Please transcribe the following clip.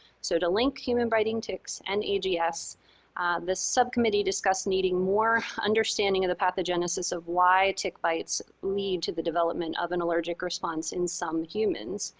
so to link human biting ticks and ags, the subcommittee discussed needing more understanding of the pathogenesis of why tick bites lead to the development of an allergic response in some humans.